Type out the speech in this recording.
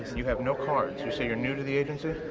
you have no cards? you say you're new to the agency?